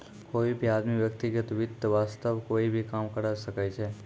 कोई भी आदमी व्यक्तिगत वित्त वास्तअ कोई भी काम करअ सकय छै